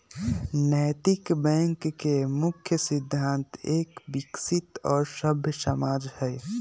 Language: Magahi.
नैतिक बैंक के मुख्य सिद्धान्त एक विकसित और सभ्य समाज हई